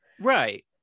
right